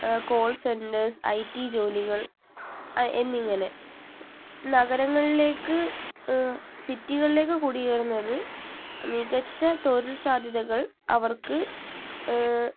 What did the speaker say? call centres I T ജോലികൾ എന്നിങ്ങനെ നഗരങ്ങളിലേക്ക് സിറ്റികളിലേക്ക് കുടിയേറുന്നത് മികച്ച തൊഴിൽ സാധ്യതകൾ അവർക്ക്